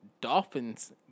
Dolphins